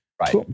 Right